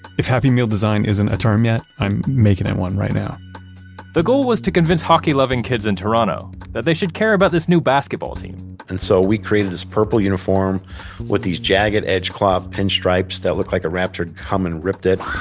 if happy meal design isn't a term yet, i'm making it one right now the goal was to convince hockey-loving kids in toronto that they should care about this new basketball team and so we created this purple uniform with these jagged edge claw pinstripes that look like a raptor had come and ripped it.